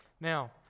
Now